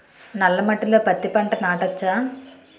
నల్ల మట్టిలో పత్తి పంట నాటచ్చా?